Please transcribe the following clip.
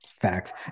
Facts